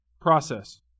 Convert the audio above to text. process